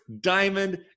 Diamond